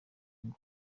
ngo